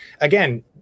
again